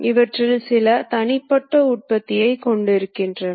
இவை வழங்கப்பட்டால் உங்களால் வட்டத்தை வரைய கூடும்